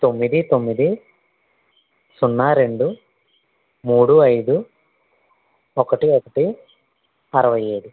తొమ్మిది తొమ్మిది సున్నా రెండు మూడు అయిదు ఒకటి ఒకటి అరవై ఏడు